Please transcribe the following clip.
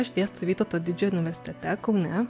aš dėstau vytauto didžiojo universitete kaune